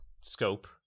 scope